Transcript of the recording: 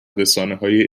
رسانههای